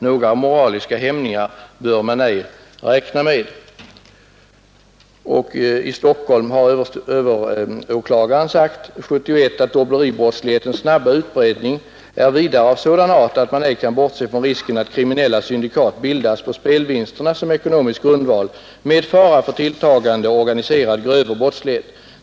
Några moraliska hämningar bör man ej räkna med.” Överåklagaren i Stockholm säger 1971: ”Dobbleribrottslighetens snabba utbredning är vidare av sådan art att man ej kan bortse från risken att kriminella syndikat bildas på spelvinsterna som ekonomisk grundval med fara för tilltagande organiserad grövre brottslighet.